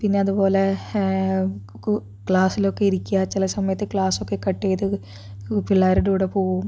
പിന്നെ അതുപോലെ കു ക്ലാസിലൊക്കെ ഇരിക്കുക ചില സമയത്ത് ക്ലാസ് ഒക്കെ കട്ട് ചെയ്ത് പിള്ളേരുടെ കൂടെ പോകും അങ്ങനെ